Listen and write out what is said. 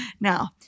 Now